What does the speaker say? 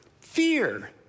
Fear